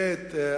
דבר אחר,